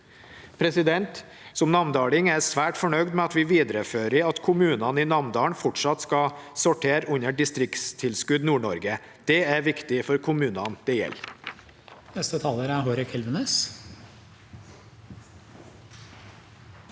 tilskudd. Som namdaling er jeg svært fornøyd med at vi viderefører at kommunene i Namdalen fortsatt skal sortere under distriktstilskudd Nord-Norge. Det er viktig for kommunene det gjelder.